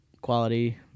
quality